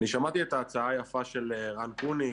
אני שמעתי את ההצעה היפה של רן קוניק,